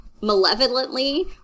malevolently